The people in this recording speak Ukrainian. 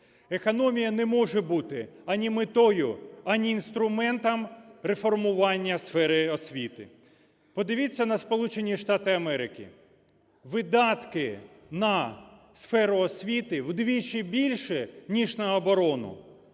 Економія не може бути ані метою, ані інструментом реформування сфери освіти. Подивіться на Сполучені Штати Америки. Видатки на сферу освіти вдвічі більші, ніж на оборону,